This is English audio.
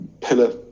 pillar